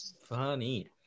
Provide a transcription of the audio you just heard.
funny